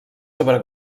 sobre